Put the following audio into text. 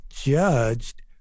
judged